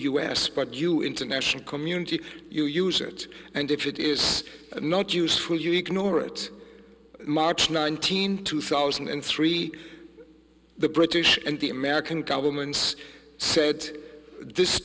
us but you international community you use it and if it is not useful you ignore it march nineteenth two thousand and three the british and the american governments said this